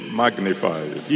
magnified